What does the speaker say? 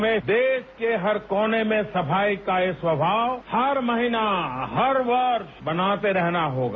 हमें देश के हर कोने में सफाई का यह स्वभाव हर महीने हर वर्ष मनाते रहना होगा